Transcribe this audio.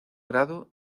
grado